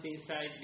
inside